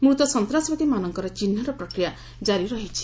ମୃତ ସନ୍ତାସବାଦୀମାନଙ୍କର ଚିହ୍ନଟ ପ୍ରକ୍ରିୟା ଜାରି ରହିଛି